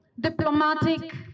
diplomatic